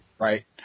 Right